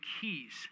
keys